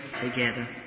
together